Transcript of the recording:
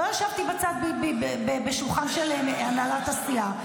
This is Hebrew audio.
לא ישבתי בצד, בשולחן של הנהלת הסיעה.